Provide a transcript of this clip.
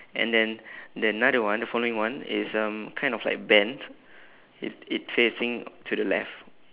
and then the another one the following one is um kind of like bent i~ it facing to the left